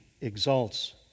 exalts